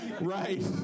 right